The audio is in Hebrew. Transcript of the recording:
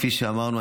כפי שאמרנו,